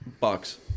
Bucks